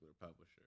publisher